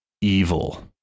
evil